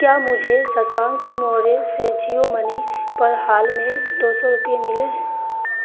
क्या मुझे शशांक मौर्य से जियो मनी पर हाल में दो सौ रुपये मिले हैं